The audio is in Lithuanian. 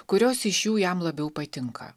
kurios iš jų jam labiau patinka